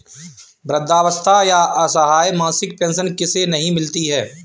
वृद्धावस्था या असहाय मासिक पेंशन किसे नहीं मिलती है?